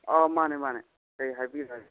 ꯑꯥ ꯃꯥꯅꯦ ꯃꯥꯅꯦ ꯀꯔꯤ ꯍꯥꯏꯕꯤꯒꯗꯕ